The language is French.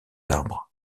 arbres